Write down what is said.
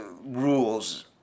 rules